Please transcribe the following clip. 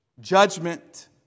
judgment